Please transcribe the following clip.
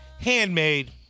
handmade